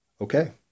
Okay